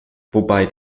wobei